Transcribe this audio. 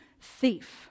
thief